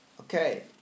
Okay